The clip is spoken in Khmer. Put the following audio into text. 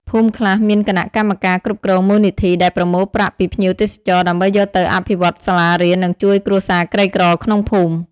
ភូមិខ្លះមានគណៈកម្មការគ្រប់គ្រងមូលនិធិ ដែលប្រមូលប្រាក់ពីភ្ញៀវទេសចរណ៍ ដើម្បីយកទៅអភិវឌ្ឍសាលារៀន និងជួយគ្រួសារក្រីក្រក្នុងភូមិ។